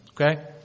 Okay